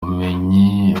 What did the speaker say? ubumenyi